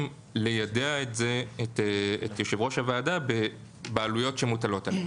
ליידע את יושב-ראש הוועדה בעלויות שמוטלות עליהם.